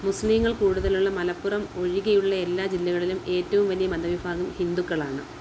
മുസ്ലീങ്ങൾ കൂടുതലുള്ള മലപ്പുറം ഒഴികെയുള്ള എല്ലാ ജില്ലകളിലും ഏറ്റവും വലിയ മതവിഭാഗം ഹിന്ദുക്കളാണ്